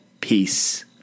peace